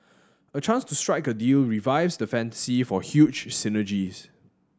a chance to strike a deal revives the fantasy for huge synergies